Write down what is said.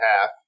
half